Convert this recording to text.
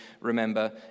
remember